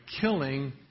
killing